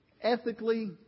ethically